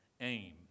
aim